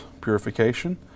purification